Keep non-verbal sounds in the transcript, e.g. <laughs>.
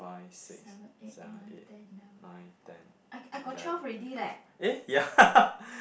five six seven eight nine ten eleven twelve eh yeah <laughs>